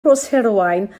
rhoshirwaun